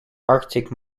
arctic